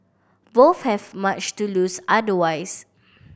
both have much to lose otherwise